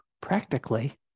practically